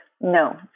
No